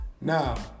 Now